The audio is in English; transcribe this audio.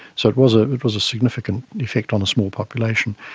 so it was ah it was a significant effect on a small population.